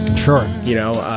sure. you know.